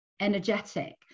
energetic